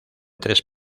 tres